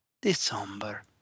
December